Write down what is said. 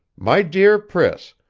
my dear priss,